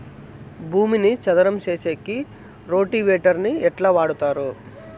భూమిని చదరం సేసేకి రోటివేటర్ ని ఎట్లా వాడుతారు?